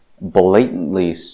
blatantly